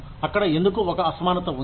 అక్కడ ఎందుకు ఒక అసమానత ఉంది